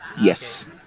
Yes